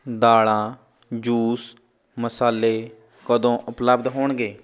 ਦਾਲਾਂ ਜੂਸ ਮਸਾਲੇ ਕਦੋਂ ਉਪਲੱਬਧ ਹੋਣਗੇ